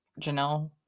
Janelle